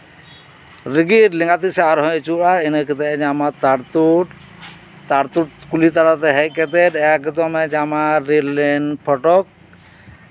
ᱨᱮᱜᱮ ᱞᱮᱸᱜᱟ ᱛᱤ ᱥᱮᱫ ᱟᱨᱦᱚᱭ ᱟᱹᱪᱩᱨᱚᱜᱼᱟ ᱤᱱᱟᱹ ᱠᱟᱛᱮᱫ ᱮ ᱧᱟᱢᱟ ᱛᱟᱞᱛᱳᱲ ᱠᱩᱞᱦᱤ ᱛᱟᱞᱟᱛᱮ ᱦᱮᱡ ᱠᱟᱛᱮᱫ ᱮᱠᱫᱚᱢᱮ ᱧᱟᱢᱟ ᱨᱮᱞ ᱞᱟᱭᱤᱱ ᱯᱷᱚᱴᱚᱠ